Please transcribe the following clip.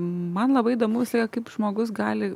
man labai įdomu visada yra kaip žmogus gali